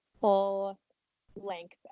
full-length